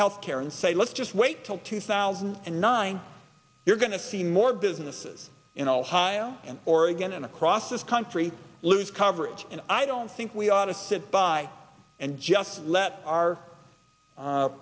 health care and say let's just wait till two thousand and nine you're going to see more businesses in ohio and oregon and across this country lose coverage and i don't think we ought to sit by and just let our